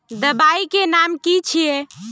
दबाई के नाम की छिए?